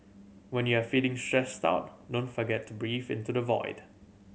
when you are feeling stressed out don't forget to breathe into the void